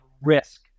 risk